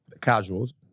casuals